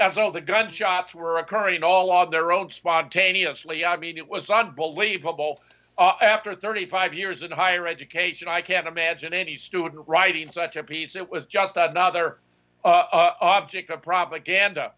all the gunshots were occurring all on their own spontaneously i mean it was unbelievable after thirty five years in higher education i can't imagine any student writing such a piece it was just another object of propaganda